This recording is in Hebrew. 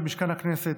במשכן הכנסת,